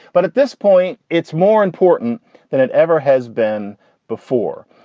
but at this point, it's more important than it ever has been before.